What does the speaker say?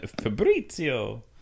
Fabrizio